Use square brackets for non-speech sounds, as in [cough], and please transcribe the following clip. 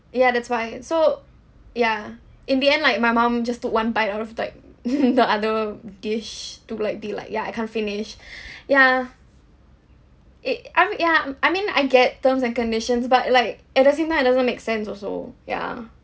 ya that's why so yeah in the end like my mom just took one bite out of like [laughs] the other dish took like the like yeah I can't finish [breath] yeah it I mean ya I mean like I get terms and conditions but like at the same time it doesn't make sense also yeah